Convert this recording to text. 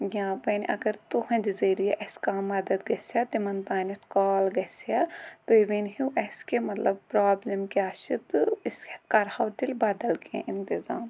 یا وۄنۍ اگر تُہِنٛدٕ ذٔریعہِ کانٛہہ مَدَد گَژھِ ہا تِمَن تانتھ کال گَژھِ ہا تُہۍ ؤنہِو اَسہِ کہِ مطلب پرابلم کیاہ چھِ تہٕ أسۍ کَرہَو تیٚلہِ بَدَل کینٛہہ اِنتِظام